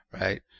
right